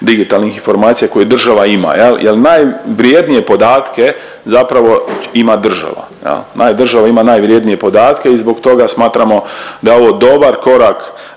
digitalnih informacija koje država ima jel jel najvrijednije podatke zapravo ima država jel, naj, država ima najvrijednije podatke i zbog toga smatramo da je ovo dobar korak